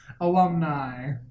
alumni